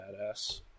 badass